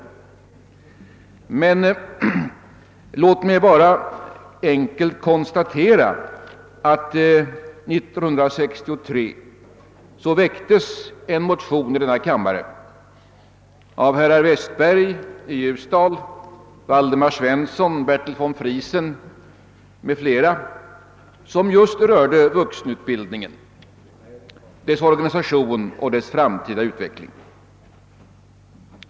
Låt mig bara enkelt konstatera, att år 1963 väcktes en motion i denna kammare av bl.a. herr Westberg, herr Svensson i Ljungskile och herr von Friesen, som just rörde vuxenutbildningen, dess organisation och framtida utveckling.